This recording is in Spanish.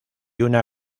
una